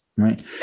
right